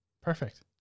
Perfect